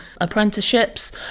apprenticeships